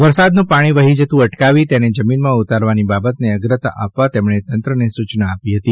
વરસાદનું પાણી વહી જતું અટકાવી તેને જમીનમાં ઊતારવાની બાબતને અગ્રતા આપવા તેમણે તંત્રને સૂચના આપી હતી